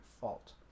fault